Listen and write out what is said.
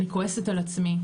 אני כועסת על עצמי,